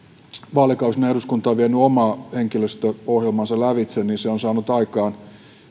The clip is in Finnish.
vaalikausina eduskunta on vienyt omaa henkilöstöohjelmaansa lävitse niin se on saanut aikaan